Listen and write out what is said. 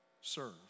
serve